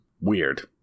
weird